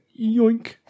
yoink